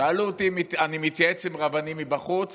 כששאלו אותי אם אני מתייעץ עם רבנים מבחוץ